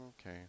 okay